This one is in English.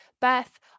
Beth